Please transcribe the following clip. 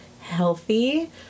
healthy